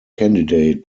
candidate